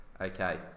Okay